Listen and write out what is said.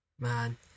Man